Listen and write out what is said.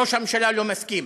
ראש הממשלה לא מסכים.